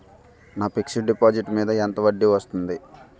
నా fixed deposit మీద ఎంత వడ్డీ వస్తుంది?